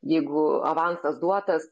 jeigu avansas duotas